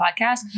podcast